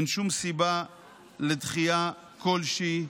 אין שום סיבה לדחייה כלשהי.